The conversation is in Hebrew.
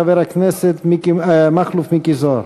חבר הכנסת מכלוף מיקי זוהר.